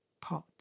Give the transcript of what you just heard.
Pot